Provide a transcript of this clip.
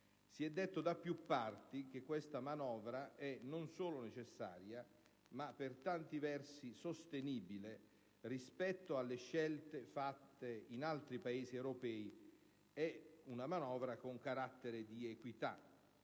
Si è detto da più parti che questa manovra è non solo necessaria, ma per tanti versi sostenibile rispetto alle scelte fatte in altri Paesi europei, e con caratteri di equità.